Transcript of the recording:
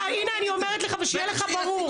הנה אני אומרת לך ושיהיה לך ברור,